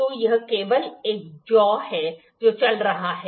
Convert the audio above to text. तो यह केवल एक जाॅअ है जो चल रहा है